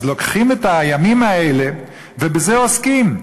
אז לוקחים את הימים האלה, ובזה עוסקים.